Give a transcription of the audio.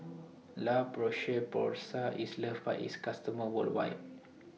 La Roche Porsay IS loved By its customers worldwide